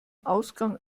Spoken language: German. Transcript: ausgang